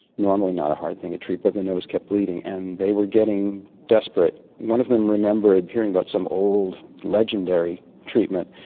normally not a hard thing to treat, but the nose kept bleeding, and they were getting desperate. one of them remembered hearing about some old legendary treatment.